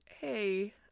Hey